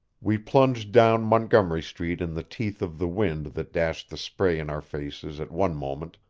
we plunged down montgomery street in the teeth of the wind that dashed the spray in our faces at one moment,